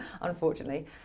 unfortunately